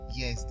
yes